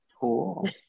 Cool